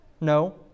No